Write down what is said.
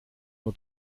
nur